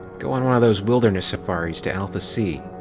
go on one of those wilderness safaries to alpha c.